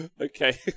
okay